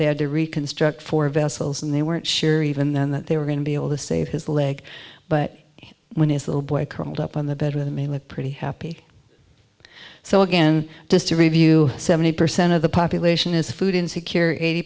they had to reconstruct for vessels and they weren't sure even then that they were going to be able to save his leg but when his little boy curled up on the bed with me with pretty happy so again just to review seventy percent of the population is food